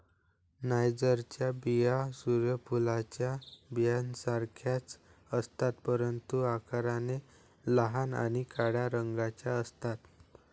नायजरच्या बिया सूर्य फुलाच्या बियांसारख्याच असतात, परंतु आकाराने लहान आणि काळ्या रंगाच्या असतात